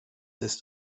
ist